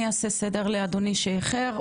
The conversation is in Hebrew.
אני אעשה סדר לאדוני שאיחר,